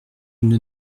nous